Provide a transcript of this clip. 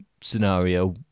scenario